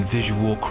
Visual